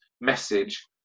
message